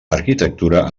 arquitectura